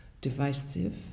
divisive